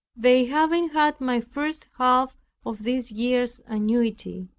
they having had my first half of this year's annuity.